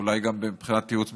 אולי גם מבחינת ייעוץ משפטי.